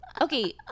Okay